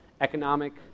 economic